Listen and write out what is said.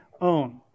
own